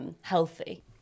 healthy